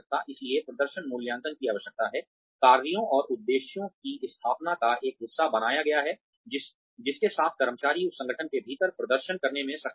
इसलिए प्रदर्शन मूल्यांकन की आवश्यकता है कार्यों और उद्देश्यों की स्थापना का एक हिस्सा बनाया गया है जिसके साथ कर्मचारी उस संगठन के भीतर प्रदर्शन करने में सक्षम है